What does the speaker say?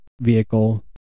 vehicle